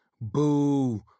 Boo